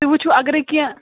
تُہۍ وُچھُو اگرے کیٚنٛہہ